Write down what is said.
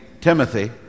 Timothy